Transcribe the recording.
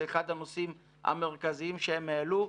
זה אחד הנושאים שהם העלו.